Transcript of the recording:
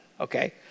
okay